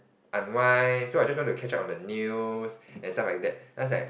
unwind so I just want to catch up on the news and stuff like that then I was like